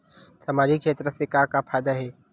सामजिक क्षेत्र से का फ़ायदा हे?